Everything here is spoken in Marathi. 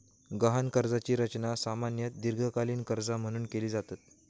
गहाण कर्जाची रचना सामान्यतः दीर्घकालीन कर्जा म्हणून केली जाता